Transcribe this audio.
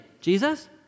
Jesus